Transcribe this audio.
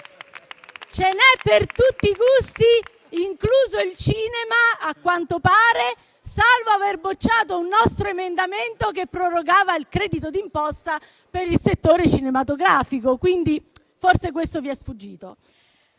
Ce n'è per tutti i gusti, incluso il cinema a quanto pare, salvo aver bocciato un nostro emendamento che prorogava il credito d'imposta per il settore cinematografico. Forse questo vi è sfuggito.